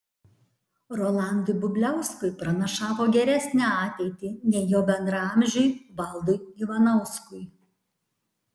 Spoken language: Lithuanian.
rolandui bubliauskui pranašavo geresnę ateitį nei jo bendraamžiui valdui ivanauskui